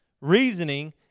Reasoning